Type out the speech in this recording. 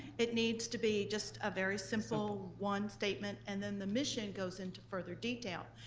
it needs to be just a very simple one statement, and then the mission goes into further detail.